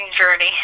journey